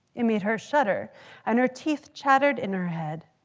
it made her shudder and her teeth chattered in her head.